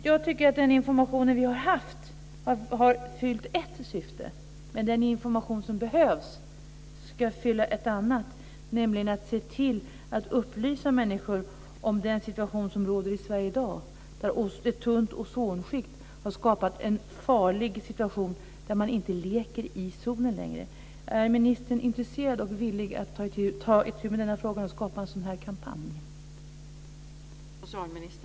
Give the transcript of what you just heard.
Jag tycker att den information som har funnits har fyllt ett syfte. Men den information som behövs ska fylla ett annat, nämligen att upplysa människor om den situation som råder i Sverige i dag där ett tunt ozonskikt har skapat en farlig situation och där man inte leker i solen längre. Är ministern intresserad och villig att ta itu med denna fråga och skapa en sådan kampanj?